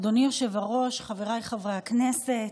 אדוני היושב-ראש, חבריי חברי הכנסת,